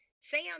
Sam